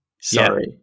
Sorry